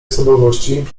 osobowości